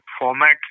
format